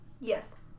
Yes